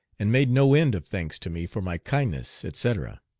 and made no end of thanks to me for my kindness, etc.